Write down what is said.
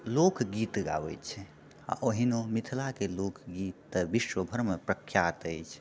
लोक गीत गाबैत छै आ ओहिनो मिथिलाके लोक गीत तऽ विश्व भरिमे प्रख्यात अछि